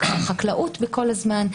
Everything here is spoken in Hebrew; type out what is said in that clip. החקלאות כל הזמן,